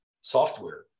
software